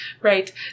right